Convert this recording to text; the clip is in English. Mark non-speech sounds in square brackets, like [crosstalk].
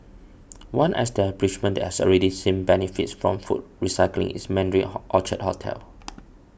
one establishment that has already seen benefits from food recycling is Mandarin [hesitation] Orchard hotel